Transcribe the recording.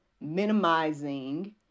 minimizing